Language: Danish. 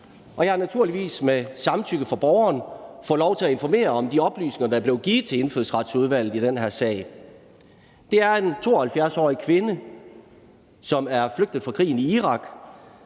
Jeg har naturligvis med samtykke fra borgeren fået lov til at informere om de oplysninger, der er blevet givet til Indfødsretsudvalget i den her sag. Det er en 72-årig kvinde, som er flygtet fra krigen i Irak,